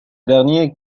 dernier